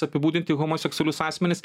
apibūdinti homoseksualius asmenis